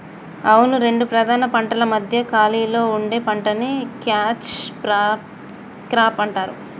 అవును రెండు ప్రధాన పంటల మధ్య ఖాళీలో పండే పంటని క్యాచ్ క్రాప్ అంటారు